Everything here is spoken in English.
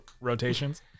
rotations